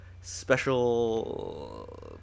special